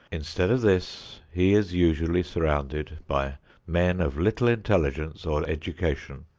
instead of this, he is usually surrounded by men of little intelligence or education,